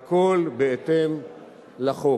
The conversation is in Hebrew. הכול בהתאם לחוק.